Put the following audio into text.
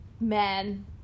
man